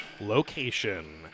location